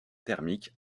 thermique